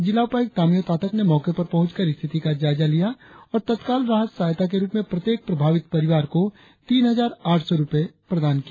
जिला उपायुक्त तामियो तातक ने मौके पर पहुंचकर स्थिति का जायजा लिया और तत्काल राहत सहायता के रुप में प्रत्येक प्रभावित परिवार को तीन हजार आठ सौ रुपये प्रदान किया